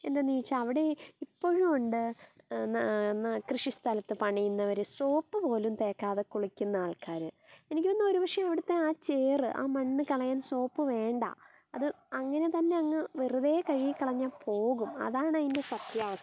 എന്താണെന്ന് ചോദിച്ചാൽ അവിടെ ഇപ്പോഴും ഉണ്ട് കൃഷി സ്ഥലത്ത് പണിയുന്നവർ സോപ്പ് പോലും തേക്കാതെ കുളിക്കുന്ന ആൾക്കാർ എനിക്ക് തോന്നുന്നു ഒരു പക്ഷേ അവിടുത്തെ ആ ചേറ് ആ മണ്ണ് കളയാൻ സോപ്പ് വേണ്ട അത് അങ്ങനെ തന്നെ അങ്ങ് വെറുതെ കഴുകി കളഞ്ഞാൽ പോകും അതാണ് അതിൻ്റെ സത്യാവസ്ഥ